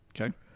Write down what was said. Okay